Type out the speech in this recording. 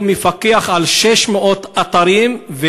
מפקח על 600 אתרים,